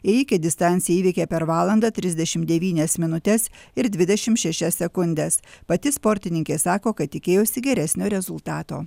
ėjikė distanciją įveikė per valandą trisdešim devynias minutes ir dvidešim šešias sekundes pati sportininkė sako kad tikėjosi geresnio rezultato